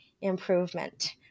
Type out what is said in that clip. improvement